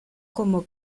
como